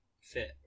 fit